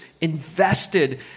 invested